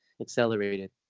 accelerated